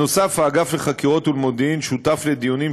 ונכון,